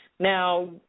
Now